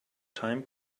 time